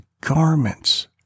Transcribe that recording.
garments